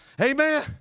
Amen